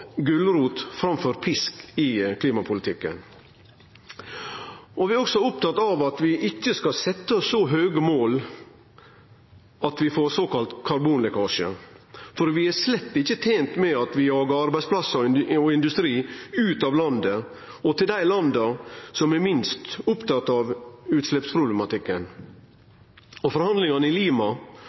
gulrot framfor pisk i klimapolitikken. Vi er også opptatt av at vi ikkje skal setje oss så høge mål at vi får såkalla karbonlekkasje, for vi er slett ikkje tente med at vi jagar arbeidsplassar og industri ut av landet, og til dei landa som er minst opptatt av utsleppsproblematikken. Forhandlingane i Lima,